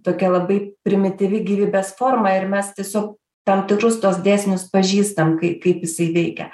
tokia labai primityvi gyvybės forma ir mes tiesiog tam tikrus tuos dėsnius pažįstam kaip kaip jisai veikia